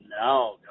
No